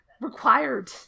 Required